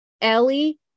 Ellie